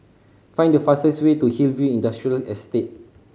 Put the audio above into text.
find the fastest way to Hillview Industrial Estate